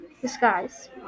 Disguise